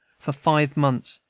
for five months,